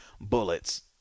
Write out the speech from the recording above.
bullets